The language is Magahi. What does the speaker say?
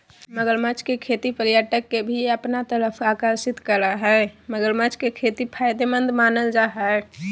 मगरमच्छ के खेती पर्यटक के भी अपना तरफ आकर्षित करअ हई मगरमच्छ के खेती फायदेमंद मानल जा हय